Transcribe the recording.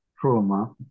trauma